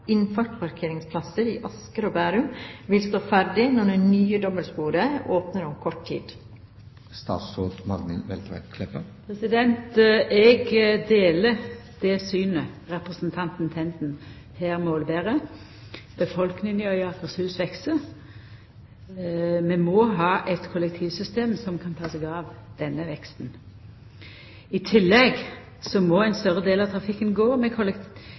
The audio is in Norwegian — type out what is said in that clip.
innfartsparkeringsplasser i Asker og Bærum vil stå ferdige når det nye dobbeltsporet om kort tid åpner?» Eg deler det synet representanten Tenden her målber. Befolkninga i Akershus veks, og vi må ha eit kollektivsystem som kan ta seg av denne veksten. I tillegg må ein større del av trafikken gå med